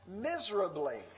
miserably